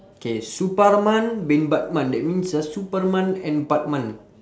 K superman bin batman that means ah superman and batman